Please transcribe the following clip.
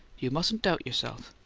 you mustn't doubt yourself.